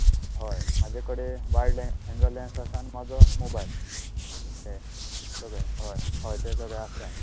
हय म्हजे कडेन वायड एंगल लँस आसा आनी म्हजो मॉबायल तें सगळें हय हय ते सगळे आसा